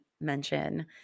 mention